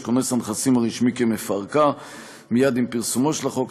של כונס הנכסים הרשמי כמפרקה מייד עם פרסומו של החוק,